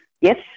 yes